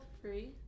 free